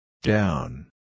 Down